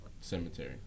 cemetery